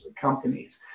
companies